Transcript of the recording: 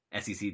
SEC